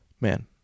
Man